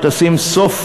והיא תשים סוף